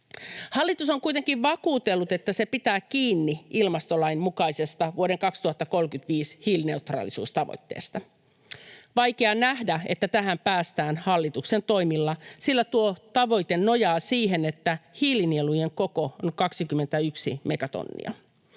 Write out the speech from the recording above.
Hallitus on kuitenkin vakuutellut, että se pitää kiinni ilmastolain mukaisesta vuoden 2035 hiilineutraalisuustavoitteesta. Vaikea nähdä, että tähän päästään hallituksen toimilla, sillä tuo tavoite nojaa siihen, että hiilinielujen koko on 21 megatonnia.